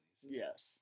Yes